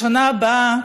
בשנה הבאה,